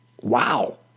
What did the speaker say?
wow